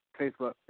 Facebook